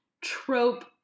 trope